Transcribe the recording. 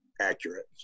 accurate